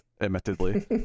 admittedly